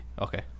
Okay